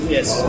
Yes